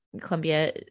Columbia